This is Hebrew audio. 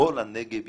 כל הנגב יקרוס.